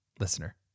Listener